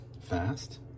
fast